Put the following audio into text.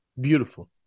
Beautiful